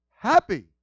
Happy